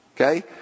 Okay